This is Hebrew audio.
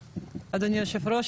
אדוני היושב ראש,